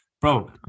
Bro